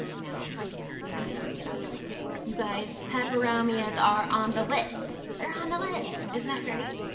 now might be the time. get out there looking for it. you guys, peperomias are on the list! they're on the list! isn't that great?